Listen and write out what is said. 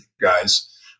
guys